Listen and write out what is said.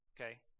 Okay